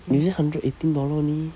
you say hundred eighteen dollar only